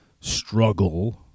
struggle